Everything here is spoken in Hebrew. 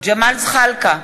ג'מאל זחאלקה,